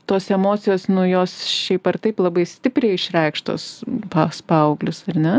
tos emocijos nu jos šiaip ar taip labai stipriai išreikštos pas paauglius ar ne